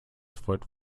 foot